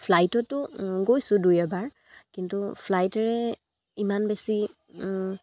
ফ্লাইটতো গৈছোঁ দুই এবাৰ কিন্তু ফ্লাইটেৰে ইমান বেছি